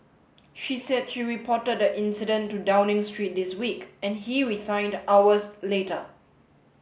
she said she reported the incident to Downing Street this week and he resigned hours later